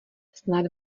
snad